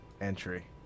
entry